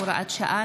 הוראת שעה,